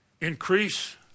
increase